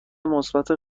مثبت